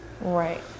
Right